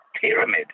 pyramid